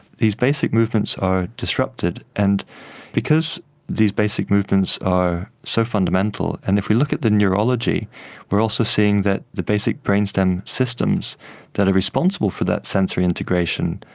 these basic movements are disrupted. and because these basic movements are so fundamental, and if we look at the neurology we are also seeing that the basic brainstem systems that are responsible for that sensory integration,